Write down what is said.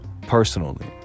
personally